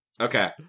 Okay